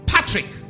Patrick